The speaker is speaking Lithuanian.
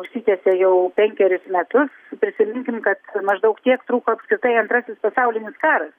užsitęsė jau penkeris metus prisiminkim kad maždaug tiek truko apskritai antrasis pasaulinis karas